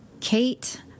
Kate